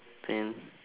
then